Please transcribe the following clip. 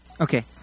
Okay